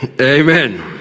Amen